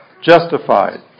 justified